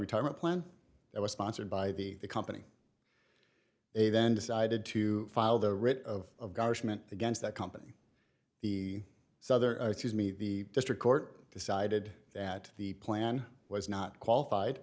retirement plan that was sponsored by the company they then decided to file the writ of against that company the souther me the district court decided that the plan was not qualified